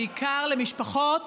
בעיקר למשפחות